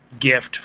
gift